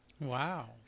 Wow